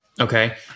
Okay